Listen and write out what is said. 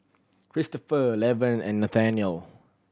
Kristopher Lavern and Nathanial